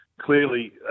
clearly